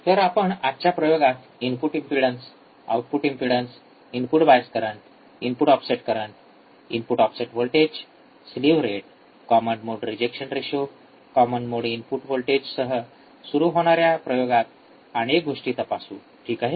तर आपण आजच्या प्रयोगात input impedance output impedance input bias current input offset current input offset voltage slew rate common mode rejection ratio common mode input व्होल्टेजसह सुरू होणाऱ्या प्रयोगात अनेक गोष्टी तपासू ठीक आहे